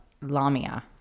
Lamia